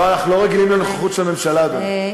לא, אנחנו לא רגילים לנוכחות של הממשלה, אדוני.